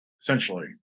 essentially